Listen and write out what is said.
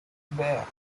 bare